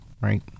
Right